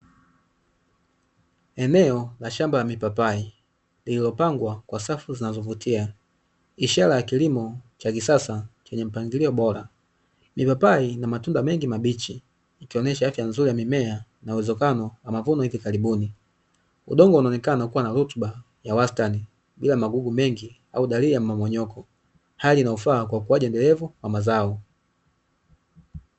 Eneo la shamba la mipapai lililopangwa kwa safu zinazovutia ishara ya kilimo cha kisasa chenye mpangilio bora ni papai na matunda mengi mabichi ikionyesha afya nzuri ya mimea na uwezekano amavuno hivi karibuni udongo unaonekana kuwa na rutuba ya wastani bila magugu mengi au dalili ya mmomonyoko hali inayofaa kwa ukuaji endevu na zao